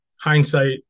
hindsight